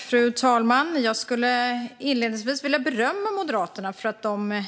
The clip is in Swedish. Fru talman! Jag skulle inledningsvis vilja berömma Moderaterna för att de